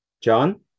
John